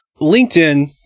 LinkedIn